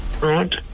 Right